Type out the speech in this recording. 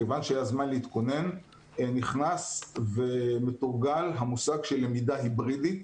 כיוון שהיה זמן להתכונן נכנס ומתורגל המושג של למידה היברידית.